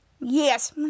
Yes